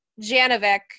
Janovic